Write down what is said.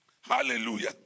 Hallelujah